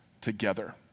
together